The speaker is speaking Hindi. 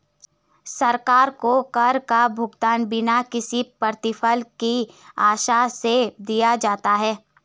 सरकार को कर का भुगतान बिना किसी प्रतिफल की आशा से दिया जाता है